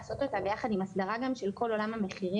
אבל לא במקום